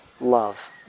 love